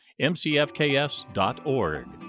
mcfks.org